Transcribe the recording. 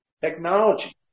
technology